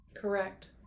Correct